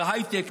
בהייטק,